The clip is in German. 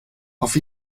auf